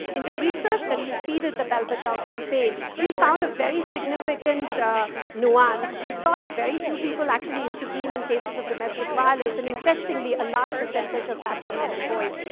in the research that preceded the bell bajao campaign we found a very significant nuance. we saw that very few people actually intervene in cases of domestic violence. and, interestingly, a large percentage of that were men and boys,